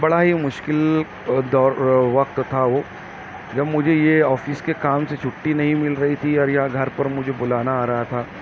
بڑا ہی مشکل دور وقت تھا وہ جب مجھے یہ آفس کے کام سے چھٹی نہیں مل رہی تھی اور یہاں گھر پہ مجھے بلانا آ رہا تھا